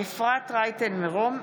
אפרת רייטן מרום,